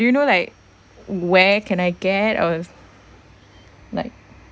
do you know like where can I get or like